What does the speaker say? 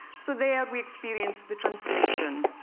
so there, we experience the translation.